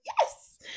Yes